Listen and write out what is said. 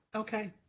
okay.